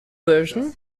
version